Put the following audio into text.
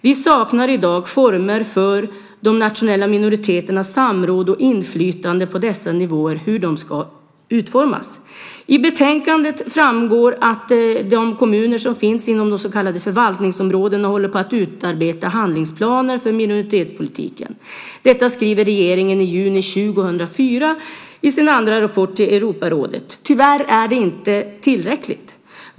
Vi saknar i dag former för hur de nationella minoriteternas samråd och inflytande på dessa nivåer ska utformas. I betänkandet framgår att de kommuner som finns inom de så kallade förvaltningsområdena håller på att utarbeta handlingsplaner för minoritetspolitiken. Detta skriver regeringen i juni 2004 i sin andra rapport till Europarådet. Tyvärr är det inte tillräckligt.